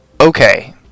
okay